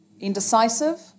Indecisive